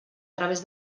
través